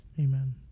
Amen